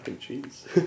cheese